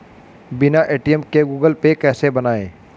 बिना ए.टी.एम के Google Pay कैसे बनायें?